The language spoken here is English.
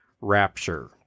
Rapture